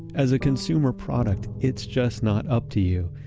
as a consumer product, it's just not up to you.